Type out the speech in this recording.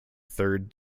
third